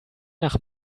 nach